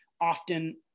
often